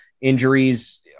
injuries